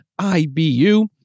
IBU